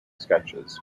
sketches